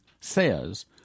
says